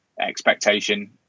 expectation